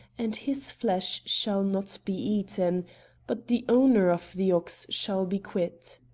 and his flesh shall not be eaten but the owner of the ox shall be quit.